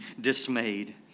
dismayed